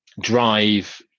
drive